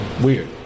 Weird